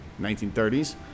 1930s